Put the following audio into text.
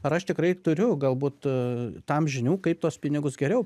ar aš tikrai turiu galbūt tam žinių kaip tuos pinigus geriau